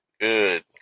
Good